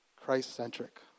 Christ-centric